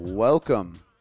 Welcome